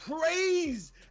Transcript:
praise